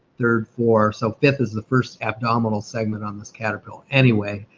third, four. so fifth is the first abdominal segment on this caterpillar. anyway,